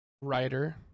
writer